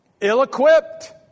ill-equipped